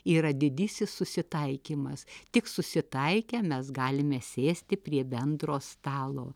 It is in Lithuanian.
yra didysis susitaikymas tik susitaikę mes galime sėsti prie bendro stalo